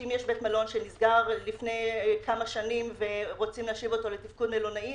שאם יש בית מלון שנסגר לפני כמה שנים ורוצים להשיב אותו לתפקוד מלונאי,